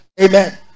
amen